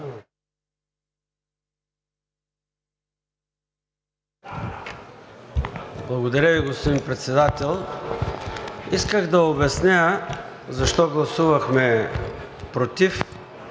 Благодаря Ви, господин Председател. Исках да обясня защо гласувахме против,